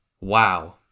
wow